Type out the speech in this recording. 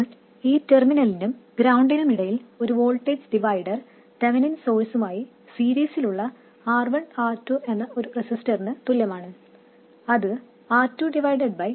ഇപ്പോൾ ഈ ടെർമിനലിനും ഗ്രൌണ്ടിനും ഇടയിൽ ഈ വോൾട്ടേജ് ഡിവൈഡർ തെവനിൻ സോഴ്സ്മായി സീരീസിൽ ഉള്ള R1 ||R2 എന്ന ഒരു റെസിസ്റ്ററിന് തുല്യമാണ് അത് R2R1 R2 VDD ആണ്